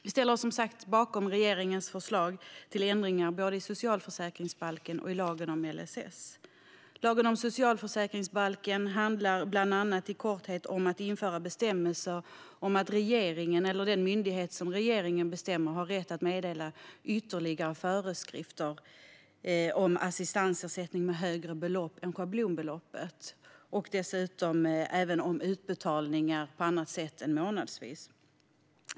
Vi ställer oss som sagt bakom regeringens förslag till ändringar i både socialförsäkringsbalken och LSS. När det gäller socialförsäkringsbalken handlar det i korthet bland annat om att införa bestämmelser om att regeringen eller den myndighet som regeringen bestämmer har rätt att meddela ytterligare föreskrifter om assistansersättning med högre belopp än schablonbeloppet och även om utbetalningar på annat sätt än månadsvis.